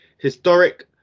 Historic